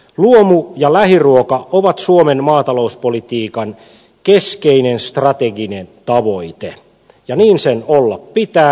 luomu ja lähiruoka ovat suomen maatalouspolitiikan keskeinen strateginen tavoite ja niin sen olla pitää